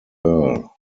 earl